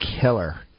killer